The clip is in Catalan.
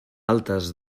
altes